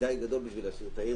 מדי זמן כדי להשאיר את העיר.